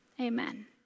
Amen